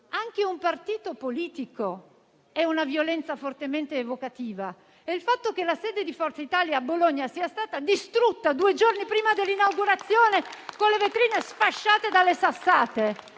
a un partito politico è una violenza fortemente evocativa. Il fatto che la sede di Forza Italia a Bologna sia stata distrutta due giorni prima dell'inaugurazione, con le vetrine sfasciate dalle sassate,